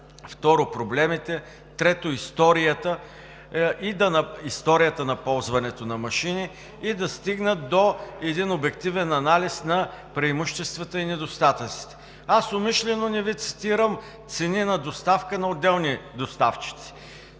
второ проблемите, трето историята на ползването на машини и да стигнат до един обективен анализ на преимуществата и недостатъците. Умишлено не Ви цитирам цените на доставка на отделните доставчици,